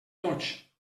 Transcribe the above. tots